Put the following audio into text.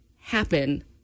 happen